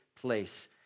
place